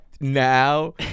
Now